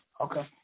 Okay